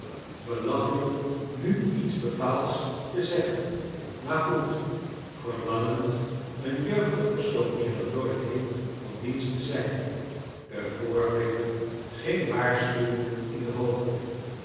beiachelijk nu iets bepaalds te zeggen maar goed verlangend een jeugdig persoontje dat dorrit heet van dienst te zijn de voorvinger ging waars elm wend in de hoogte